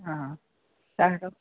অঁ ছাৰহঁতক